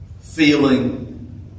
feeling